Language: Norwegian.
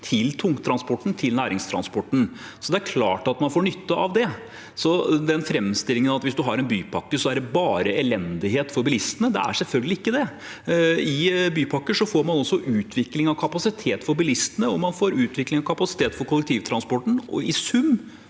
til tungtransporten og til næringstransporten, så det er klart at man får nytte av det. Å framstille det som om en bypakke bare er elendighet for bilistene – selvfølgelig er det ikke det. I bypakker får man også utvikling av kapasitet for bilistene, og man får utvikling av kapasitet for kollektivtransporten.